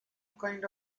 kind